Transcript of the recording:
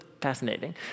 fascinating